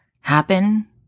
happen